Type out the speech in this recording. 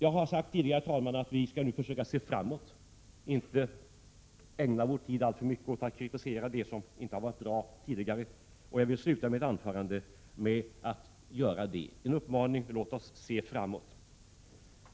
Jag har sagt tidigare, herr talman, att vi nu skall försöka se framåt och inte alltför mycket ägna vår tid åt att kritisera det som inte har varit bra tidigare. Och jag vill avslutningsvis säga: Låt oss se framåt!